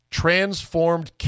transformed